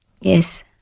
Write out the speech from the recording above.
yes